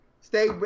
Stay